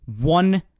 one